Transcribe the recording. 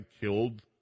killed